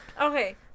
Okay